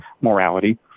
morality